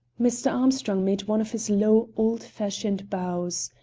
mr. armstrong made one of his low, old-fashioned bows.